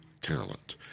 talent